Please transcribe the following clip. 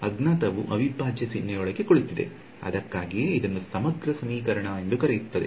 ಅಜ್ಞಾತವು ಅವಿಭಾಜ್ಯ ಚಿಹ್ನೆಯೊಳಗೆ ಕುಳಿತಿದೆ ಅದಕ್ಕಾಗಿಯೇ ಇದನ್ನು ಸಮಗ್ರ ಸಮೀಕರಣ ಎಂದು ಕರೆಯಲಾಗುತ್ತದೆ